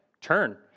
turn